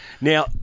Now